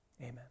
Amen